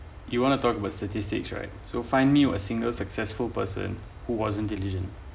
you want talk about statistics right so find me a single successful person who wasn't diligent